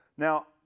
Now